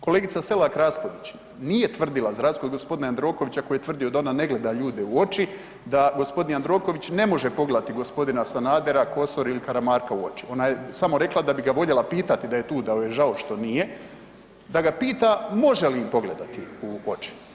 Kolegica Selak Raspudić nije tvrdila za razliku od gospodina Jandrokovića koji je tvrdio da ona ne gleda ljude u oči, da gospodin Jandroković ne može pogledati gospodina Sanadera, Kosor ili Karamarka u oči, ona je samo rekla da bi ga voljela pitati da je tu da joj je žao nije, da ga pita može li im pogledati u oči?